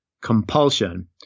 compulsion